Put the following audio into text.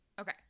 Okay